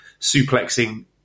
suplexing